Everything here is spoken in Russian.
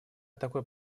такой